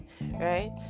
right